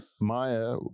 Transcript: Maya